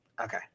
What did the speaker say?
Okay